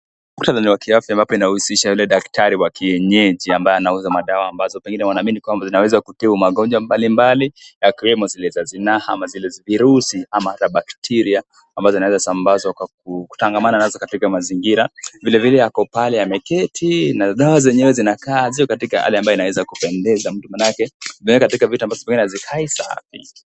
Muktadha ni wa kiafya ambapo inahusisha Yule daktari wa kienyeji ambaye anauza madawa ambazo pengine wanaamini kwamba zinaweza kutibu magonjwa mbalimbali zikiwemo zile za zinaa ama zile virusi ama hata bakteria ambazo zinaweza sambazwa kwa kutangamana nazo katika mazingira. Vile vile ako pale ameketi na dawa zenyewe zinakaa, sio katika hali ambayo inaweza kupendeza mtu , maanake iko katika mazingira ambayo haikai safi.